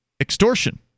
extortion